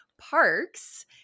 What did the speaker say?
parks